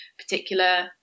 particular